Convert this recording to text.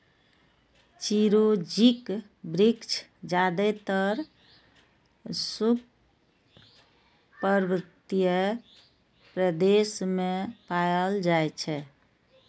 चिरौंजीक वृक्ष जादेतर शुष्क पर्वतीय प्रदेश मे पाएल जाइ छै